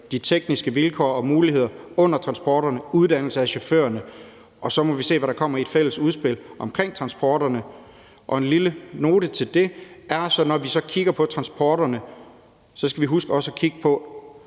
de tekniske vilkår og muligheder under transporterne og uddannelse af chaufførerne, og så må vi se, hvad der kommer i et fælles udspil omkring transporterne. En lille note i forhold til det er, at vi, når vi så kigger på transporterne, også skal huske at kigge på,